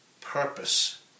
purpose